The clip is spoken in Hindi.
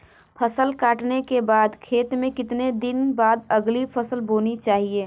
फसल काटने के बाद खेत में कितने दिन बाद अगली फसल बोनी चाहिये?